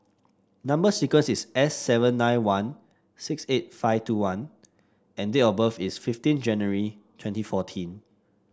number sequence is S seven nine one six eight five two one and date of birth is fifteen January twenty fourteen